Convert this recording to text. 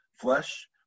flesh